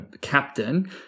captain